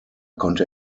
konnte